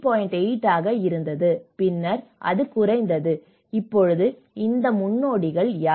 8 ஆக இருந்தது பின்னர் அது குறைந்தது இப்போது இந்த முன்னோடிகள் யார்